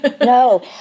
No